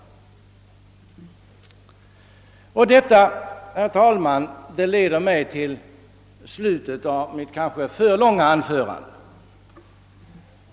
Och detta, herr talman, leder mig till slutfasen av mitt — kanske för långa — anförande.